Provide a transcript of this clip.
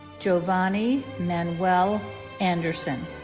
giovani manuel anderson